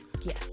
Yes